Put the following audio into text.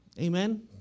Amen